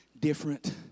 different